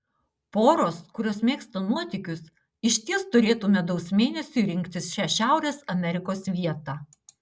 poros kurios mėgsta nuotykius išties turėtų medaus mėnesiui rinktis šią šiaurės amerikos vietą